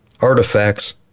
artifacts